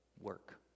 work